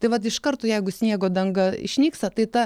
tai vat iš karto jeigu sniego danga išnyksta tai ta